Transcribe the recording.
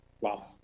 Wow